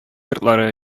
йортлары